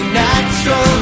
natural